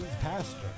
pastor